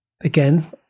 again